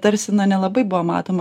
tarsi na nelabai buvo matoma